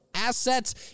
Assets